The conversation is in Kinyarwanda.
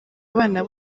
abana